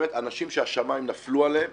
באמת אנשים שהשמיים נפלו עליהם